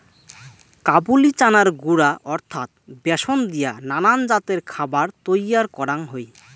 কাবুলি চানার গুঁড়া অর্থাৎ ব্যাসন দিয়া নানান জাতের খাবার তৈয়ার করাং হই